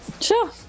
Sure